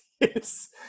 yes